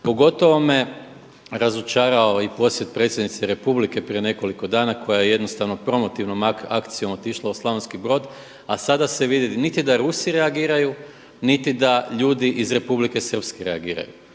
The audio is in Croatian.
Pogotovo me razočarao i posjet predsjednice Republike prije nekoliko dana koja jednostavno promotivnom akcijom otišla u Slavonski Brod, a sada se vidi niti da Rusi reagiraju niti da ljudi iz Republike Srpske reagiraju.